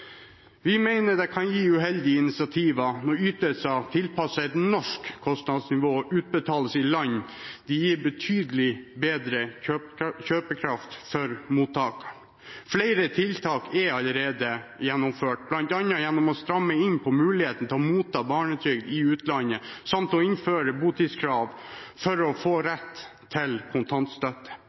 Vi mener at det kan gi uheldige incentiver når ytelser tilpasset et norsk kostnadsnivå utbetales i land der de gir betydelig bedre kjøpekraft for mottakeren. Flere tiltak er allerede gjennomført, bl.a. gjennom å stramme inn på muligheten til å motta barnetrygd i utlandet samt å innføre botidskrav for å få rett til kontantstøtte.